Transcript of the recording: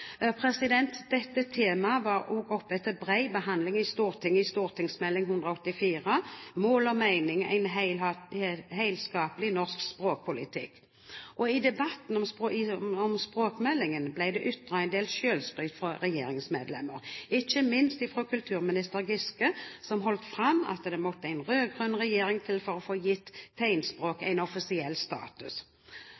Dette temaet var også oppe til bred behandling i Stortinget i forbindelse med St.meld. nr. 35 for 2007–2008 Mål og meining. Ein heilskapleg norsk språkpolitikk. I debatten om språkmeldingen ble det ytret en del selvskryt fra regjeringsmedlemmer, ikke minst fra kulturminister Giske, som holdt fram at det måtte en rød-grønn regjering til for å få gitt